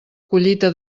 collita